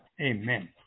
Amen